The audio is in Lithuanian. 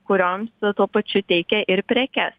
kurioms tuo pačiu teikia ir prekes